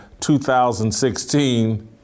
2016